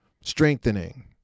strengthening